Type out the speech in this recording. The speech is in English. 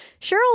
Cheryl